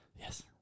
Yes